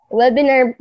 webinar